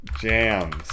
jams